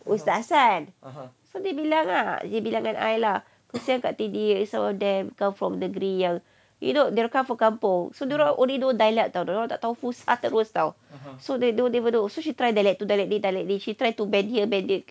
ustaz hasan so dia bilang ah dia bilang dengan I lah some of them come from negeri yang you know they come from kampung so only know dialect [tau] dia orang tak tahu so they don't even know so she try to bend here bend ah